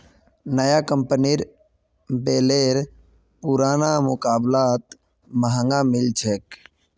नया कंपनीर बेलर पुरना मुकाबलात महंगा मिल छेक